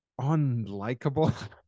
unlikable